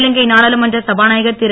இலங்கை நாடாளுமன்ற சபாநாயகர் திரு